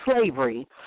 slavery